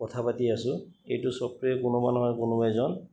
কথা পাতি আছোঁ এইটো ছফ্টৱেৰ কোনোবা নহয় কোনোবা এজন